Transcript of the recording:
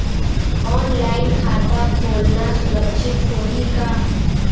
Online खाता खोलना सुरक्षित होही का?